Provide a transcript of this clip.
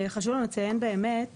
חושב לנו לציין באמת